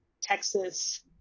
Texas